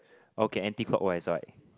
okay anti clockwise right